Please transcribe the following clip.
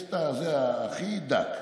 יש את הזה הכי דק,